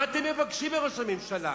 מה אתם מבקשים מראש הממשלה?